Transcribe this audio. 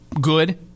good